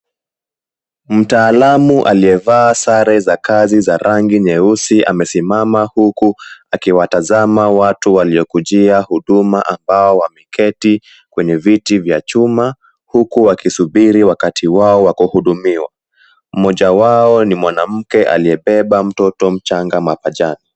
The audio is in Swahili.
Mtaalamu aliyevaa sare za kazi za rangi nyeusi amesimama huku akiwatazama watu waliokujia huduma ambao wameketi kwenye viti vya chuma. Huku wakisuburi wakati wao wa kuhudumiwa. Mmoja wao ni mwanamke aliyebeba mtoto mchanga mapajani.